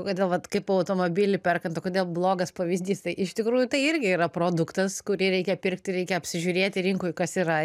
kodėl vat kaip automobilį perkant kodėl blogas pavyzdys tai iš tikrųjų tai irgi yra produktas kurį reikia pirkti reikia apsižiūrėti rinkoj kas yra